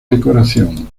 decoración